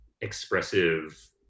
expressive